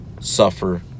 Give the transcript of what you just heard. suffer